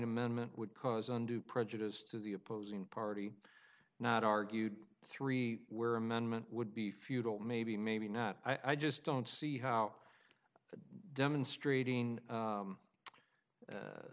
amendment would cause undue prejudice to the opposing party not argued three where amendment would be futile maybe maybe not i just don't see how demonstrating